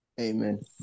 Amen